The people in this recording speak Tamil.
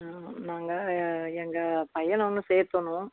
நாங்கள் எங்கள் பையனை வந்து சேர்க்கணும்